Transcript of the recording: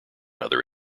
other